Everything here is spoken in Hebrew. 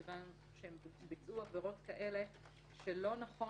כיוון שהם ביצעו עבירות כאלה שלא נכון